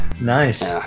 Nice